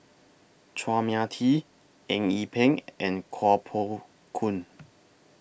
Chua Mia Tee Eng Yee Peng and Kuo Pao Kun